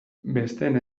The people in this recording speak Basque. besteen